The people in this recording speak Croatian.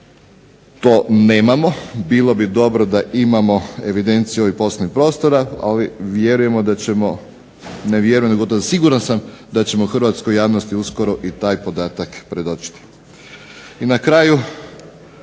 to nemamo. Bilo bi dobro da imamo evidenciju ovih poslovnih prostora, a vjerujem da ćemo, ne vjerujem nego siguran sam da ćemo hrvatskoj javnosti uskoro i taj podatak predočiti.